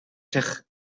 zich